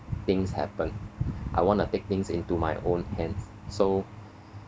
things happened I wanna take things into my own hands so